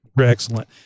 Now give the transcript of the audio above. Excellent